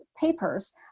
papers